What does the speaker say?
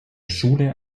schule